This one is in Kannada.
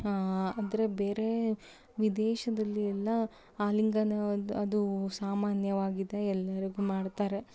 ಆದರೆ ಬೇರೆ ವಿದೇಶದಲ್ಲಿ ಎಲ್ಲ ಆಲಿಂಗನ ಅದು ಸಾಮಾನ್ಯವಾಗಿದೆ ಎಲ್ಲರಿಗೂ ಮಾಡ್ತಾರೆ